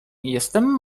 jestem